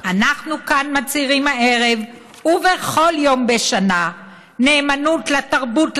אנחנו כאן מצהירים הערב ובכל יום בשנה נאמנות לתרבות,